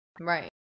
right